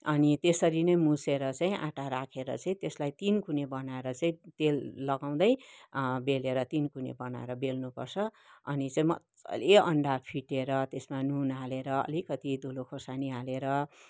अनि त्यसरी नै मुसेर चाहिँ आँटा राखेर चाहिँ त्यसलाई तिनकुने बनाएर चाहिँ तेल लगाउँदै बेलेर तिनकुने बनाएर बेल्नुपर्छ अनि चाहिँ मज्जाले अन्डा फिटेर त्यसमा नुन हालेर अलिकति धुलो खोर्सानी हालेर